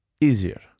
easier